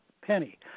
penny